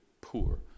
poor